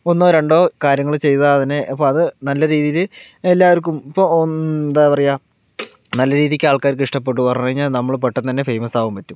ഒന്നോ രണ്ടോ കാര്യങ്ങൾ ചെയ്താൽ തന്നെ ഇപ്പോൾ അത് നല്ല രീതിയിൽ എല്ലാവർക്കും ഇപ്പോൾ എന്താ പറയുക നല്ല രീതിക്ക് ആൾക്കാർക്ക് ഇഷ്ടപ്പെട്ടു പറഞ്ഞു കഴിഞ്ഞാൽ നമ്മള് പെട്ടെന്ന് തന്നെ ഫേമസ് ആകാൻ പറ്റും